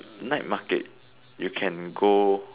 night market you can go